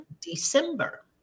December